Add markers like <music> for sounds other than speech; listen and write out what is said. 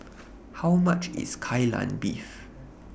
<noise> How much IS Kai Lan Beef